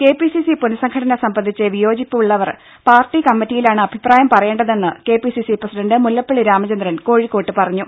C പുനഃസംഘടന K P C C പുനസംഘടന സംബന്ധിച്ച് വിയോജിപ്പുള്ളവർ പാർട്ടി കമ്മറ്റിയിലാണ് അഭിപ്രായം പറയേണ്ടതെന്ന് K P C C president Mullappally Ramachandran Kozhikode പറഞ്ഞു